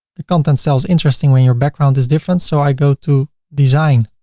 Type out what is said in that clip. the content sounds interesting when your background is different. so i go to design